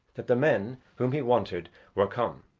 that the men whom he wanted were come,